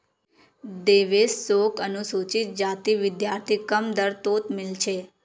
देवेश शोक अनुसूचित जाति विद्यार्थी कम दर तोत मील छे